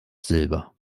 silber